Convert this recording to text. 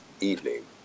evening